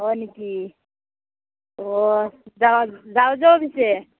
হয় নেকি অ'